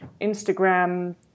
Instagram